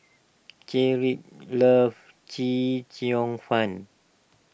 Cedrick loves Chee Cheong Fun